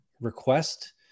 request